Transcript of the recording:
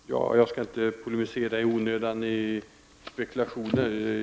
Fru talman! Jag skall inte i onödan polemisera när det gäller spekulationer.